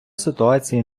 ситуації